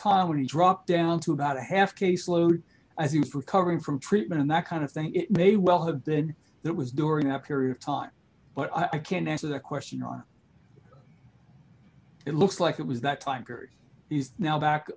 time when he dropped down to about a half caseload as he was recovering from treatment and that kind of thing it may well have been that was during that period of time but i can't answer that question on it looks like it was that time period is now back